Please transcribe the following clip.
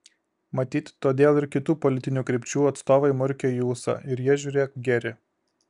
matyt todėl ir kitų politinių krypčių atstovai murkia į ūsą ir jie žiūrėk geri